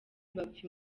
bapfa